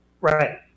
right